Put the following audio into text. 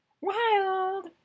Wild